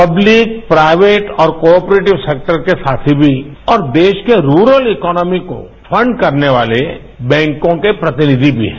public private और cooperative sector के साथी भी हैं और देश के रूलर इकोनॉमी को फंड करने वाले बैंकों के प्रतिनिधि भी हैं